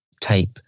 type